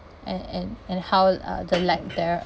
and and and how uh the lack there